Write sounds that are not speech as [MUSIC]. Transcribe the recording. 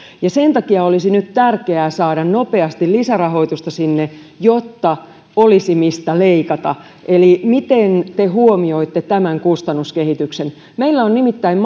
sen takia olisi nyt tärkeää saada nopeasti lisärahoitusta sinne jotta olisi mistä leikata eli miten te huomioitte tämän kustannuskehityksen meillä nimittäin [UNINTELLIGIBLE]